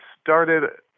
started